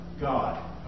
God